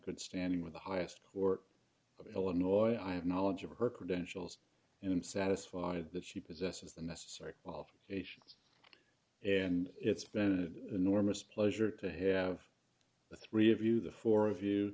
good standing with the highest or illinois i have knowledge of her credentials and i'm satisfied that she possesses the necessary qualifications and it's been an enormous pleasure to have the three of you the four of you